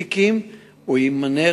חבר הכנסת אמנון